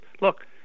Look